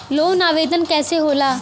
Loan आवेदन कैसे होला?